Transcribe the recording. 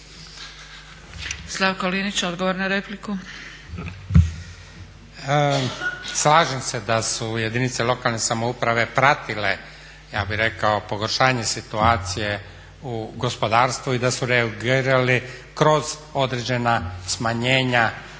Slavko Linić odgovor na repliku.